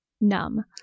numb